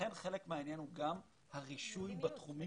לכן חלק מהעניין הוא גם הרישוי בתחומים